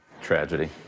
Tragedy